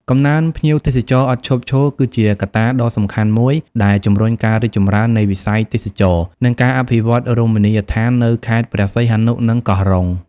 កំណើនភ្ញៀវទេសចរឥតឈប់ឈរ គឺជាកត្តាដ៏សំខាន់មួយដែលជំរុញការរីកចម្រើននៃវិស័យទេសចរណ៍ និងការអភិវឌ្ឍន៍រមណីយដ្ឋាននៅខេត្តព្រះសីហនុ និងកោះរ៉ុង។